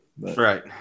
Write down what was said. Right